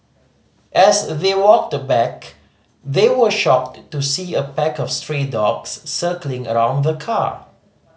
as they walked back they were shocked to see a pack of stray dogs circling around the car